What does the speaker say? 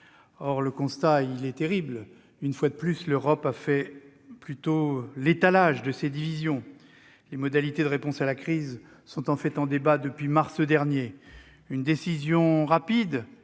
Or le constat est terrible : une fois de plus, l'Europe a fait étalage de ses divisions, alors que les modalités de réponse à la crise sont en débat depuis mars dernier. Une décision rapide